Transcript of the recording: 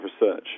research